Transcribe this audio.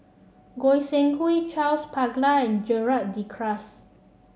Goi Seng Hui Charles Paglar and Gerald De Cruz